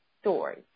story